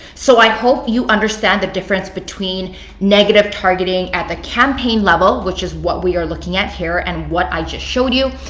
so i hope you understand the difference between negative targeting at the campaign level which is what we were looking at here, and what i just showed you,